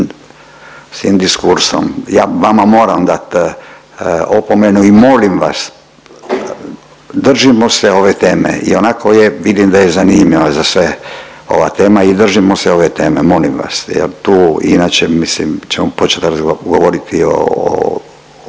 diskursom. Ja vama moram dati opomenu i molim vas držimo se ove teme ionako je, vidim da je zanimljiva za sve ova tema i držimo se ove teme molim vas jer tu inače mislim ćemo početi raz… govoriti o